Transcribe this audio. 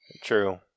True